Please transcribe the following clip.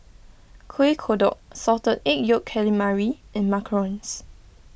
Kueh Kodok Salted Egg Yolk Calamari and Macarons